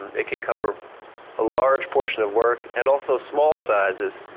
it can cover a large portion of work and also small sizes